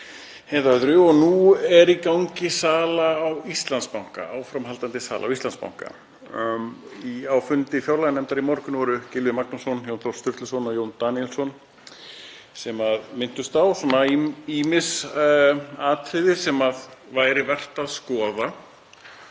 eða öðru. Nú er í gangi sala á Íslandsbanka, áframhaldandi sala á Íslandsbanka. Á fundi fjárlaganefndar í morgun voru Gylfi Magnússon, Jón Þór Sturluson og Jón Daníelsson sem minntust á ýmis atriði sem væri vert að skoða